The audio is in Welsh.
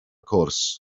cwrs